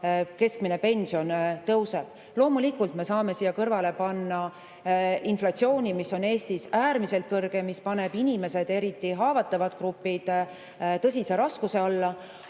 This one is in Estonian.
keskmine pension tõuseb. Loomulikult me peame siia kõrvale panema inflatsiooni, mis on Eestis äärmiselt kõrge ja mis paneb inimesed – eriti haavatavad grupid – tõsise [löögi] alla.